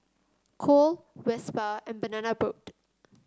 Cool Whisper and Banana Boat